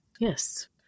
Yes